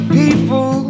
people